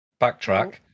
Backtrack